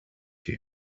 you